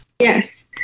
Yes